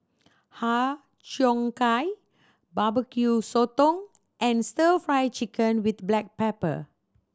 Har Cheong Gai bbq sotong and Stir Fry Chicken with black pepper